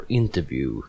interview